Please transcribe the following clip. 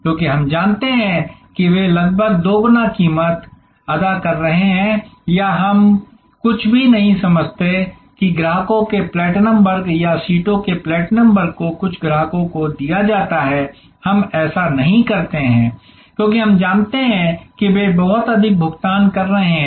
क्योंकि हम जानते हैं कि वे लगभग दोगुना कीमत अदा कर रहे हैं या हम कुछ भी नहीं समझते हैं कि ग्राहकों के प्लेटिनम वर्ग या सीटों के प्लेटिनम वर्ग को कुछ ग्राहकों को दिया जाता है हम ऐसा नहीं करते हैं क्योंकि हम जानते हैं कि वे बहुत अधिक भुगतान कर रहे हैं